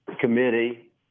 Committee